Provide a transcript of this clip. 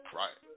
right